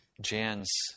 Jan's